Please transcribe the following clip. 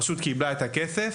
הרשות קיבלה את הכסף,